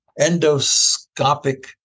endoscopic